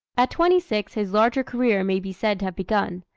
at twenty-six his larger career may be said to have begun.